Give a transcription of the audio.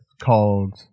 called